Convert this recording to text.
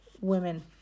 women